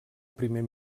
primer